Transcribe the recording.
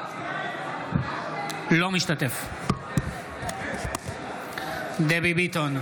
אינו משתתף בהצבעה דבי ביטון,